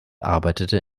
arbeitete